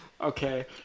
Okay